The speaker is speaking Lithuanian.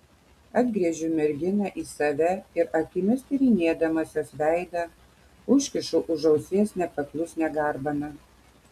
atgręžiu merginą į save ir akimis tyrinėdamas jos veidą užkišu už ausies nepaklusnią garbaną